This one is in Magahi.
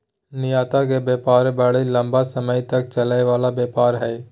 निर्यात के व्यापार बड़ी लम्बा समय तक चलय वला व्यापार हइ